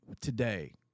today